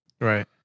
Right